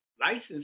license